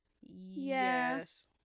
yes